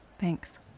Thanks